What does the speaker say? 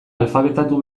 alfabetatu